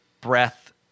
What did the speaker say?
breath